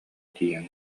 тиийэн